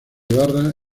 ibarra